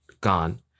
gone